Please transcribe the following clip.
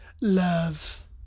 love